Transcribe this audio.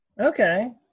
Okay